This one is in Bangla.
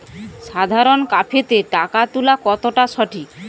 সাধারণ ক্যাফেতে টাকা তুলা কতটা সঠিক?